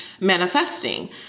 manifesting